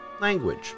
language